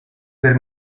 per